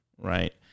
right